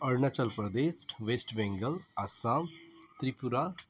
Arunachal Pradesh west Bengal Assam Tripura